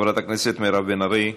חברת הכנסת מירב בן ארי,